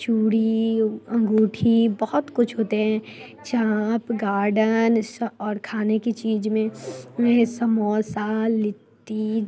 चूड़ी अंगूठी बहुत कुछ होते हैं चाँप गार्डन स और खाने की चीज़ में समोसा लिट्टी